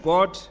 God